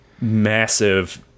massive